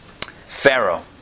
Pharaoh